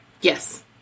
Yes